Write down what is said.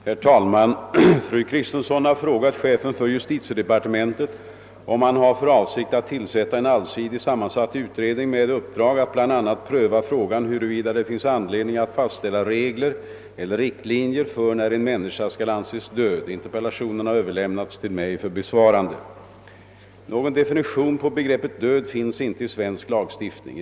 Herr talman! Fru Kristensson har frågat chefen för justitiedepartementet, om han har för avsikt att tillsätta en allsidigt sammansatt utredning med uppdrag att bl.a. pröva frågan huruvida det finns anledning att fastställa regler eller riktlinjer för när en människa skall anses död. Interpellationen har överlämnats till mig för besvarande. Någon definition på begreppet död finns inte i svensk lagstiftning.